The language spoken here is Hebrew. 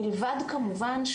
מלבד כמובן,